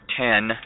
ten